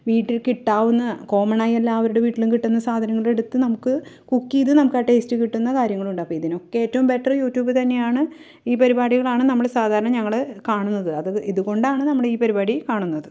വീട്ടില് കിട്ടാവുന്ന കോമൺ ആയ എല്ലാവരുടെയും വീട്ടില് കിട്ടുന്ന സാധനങ്ങളെടുത്ത് നമുക്ക് കുക്ക് ചെയ്ത് നമുക്കാ ടേസ്റ്റ് കിട്ടുന്ന കാര്യങ്ങളുണ്ട് അപ്പോൾ ഇതിനൊക്കെ ഏറ്റവും ബെറ്റർ യൂടുബ് തന്നെയാണ് ഈ പരിപാടികളാണ് നമ്മൾ സാധാരണ ഞങ്ങൾ കാണുന്നത് അത് ഇതുകൊണ്ടാണ് നമ്മളീ പരിപാടി കാണുന്നത്